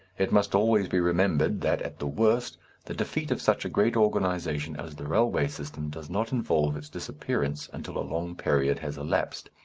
it must always be remembered that at the worst the defeat of such a great organization as the railway system does not involve its disappearance until a long period has elapsed.